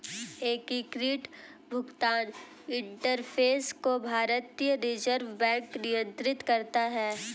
एकीकृत भुगतान इंटरफ़ेस को भारतीय रिजर्व बैंक नियंत्रित करता है